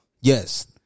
Yes